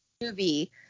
movie